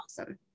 awesome